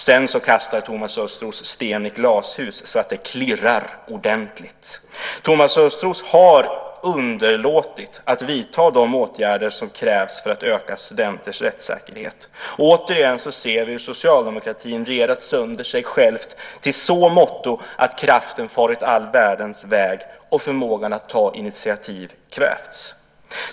Sedan kastar Thomas Östros sten i glashus så att det klirrar ordentligt. Thomas Östros har underlåtit att vidta åtgärder som krävs för att öka studenters rättssäkerhet. Återigen ser vi hur socialdemokratin regerat sönder sig själv till så måtto att kraften farit all världens väg och förmågan att ta initiativ kvävts.